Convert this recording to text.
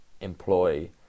employ